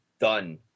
done